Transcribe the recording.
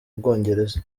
bwongereza